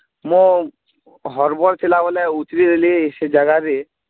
ମୁଁ ହର୍ବର୍ ଥିଲା ବେଲେ ଉତ୍ରି ଗଲି ସେ ଜାଗାରେ